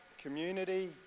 community